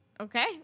okay